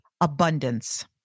abundance